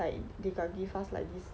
like they got give us like this